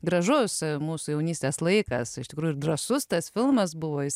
gražus mūsų jaunystės laikas iš tikrųjų ir drąsus tas filmas buvo jis